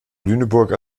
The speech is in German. lüneburg